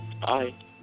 Bye